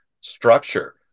structure